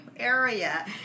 area